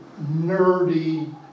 nerdy